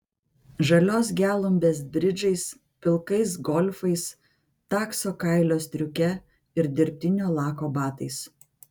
žalios gelumbės bridžais pilkais golfais takso kailio striuke ir dirbtinio lako batais